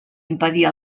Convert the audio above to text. impedir